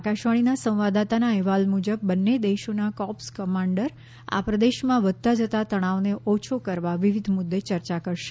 આકાશવાણીના સંવાદદાતાના અહેવાલ મુજબ બંને દેશોના કોર્સ્વ કમાન્ડર આ પ્રદેશમાં વધતા જતા તણાવને ઓછો કરવા વિવિધ મુદ્દે ચર્ચા કરશે